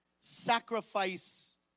sacrifice